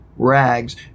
rags